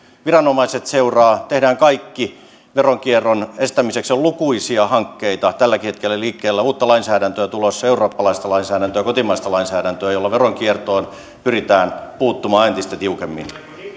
viranomaiset seuraavat tehdään kaikki veronkierron estämiseksi on lukuisia hankkeita tälläkin hetkellä liikkeellä uutta lainsäädäntöä on tulossa eurooppalaista lainsäädäntöä kotimaista lainsäädäntöä jolla veronkiertoon pyritään puuttumaan entistä tiukemmin